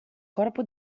corpo